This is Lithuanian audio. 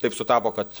taip sutapo kad